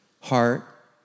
heart